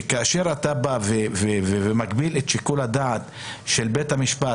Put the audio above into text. כאשר אתה בא ומגביל את שיקול הדעת של בית המשפט,